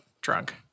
drunk